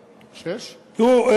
תראו,